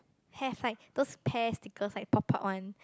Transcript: have like those pear stickers like pop out one